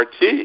RT